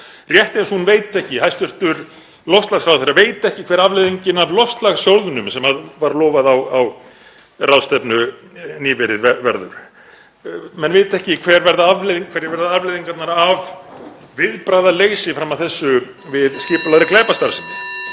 rétt eins og hæstv. loftslagsráðherra veit ekki hver afleiðingin af loftslagssjóðnum, sem var lofað á ráðstefnu nýverið, verður. Menn vita ekki hverjar verða afleiðingarnar af viðbragðaleysi fram að þessu við skipulagðri glæpastarfsemi.